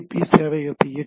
சேவையகத்தை இயக்குகிறது